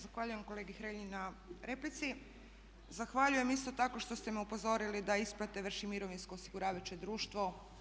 Zahvaljujem kolegi Hrelji na replici, zahvaljujem isto tako što ste me upozorili da isplate vrši mirovinsko osiguravajuće društvo.